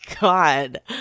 god